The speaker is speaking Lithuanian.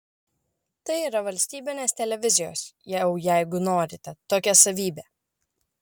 tai yra valstybinės televizijos jau jeigu norite tokia savybė